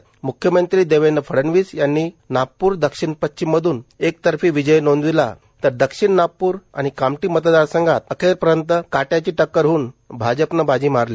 म्ख्यमंत्री देवेंद्र फडणवीस यांनी नागपूर दक्षिण पश्चिम मधून एकतर्फी विजय नोंदवला तर दक्षिण नागपूर आणि कामठी मतदारसंघात अखेरपर्यत काटयाची टक्कर होऊन भाजपानं बाजी मारली